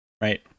right